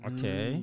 Okay